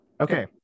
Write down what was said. Okay